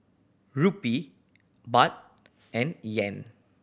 Rupee Baht and Yuan